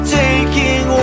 taking